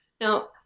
Now